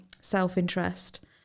self-interest